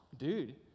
Dude